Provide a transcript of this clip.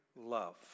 love